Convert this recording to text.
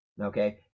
Okay